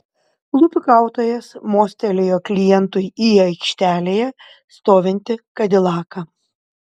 lupikautojas mostelėjo klientui į aikštelėje stovintį kadilaką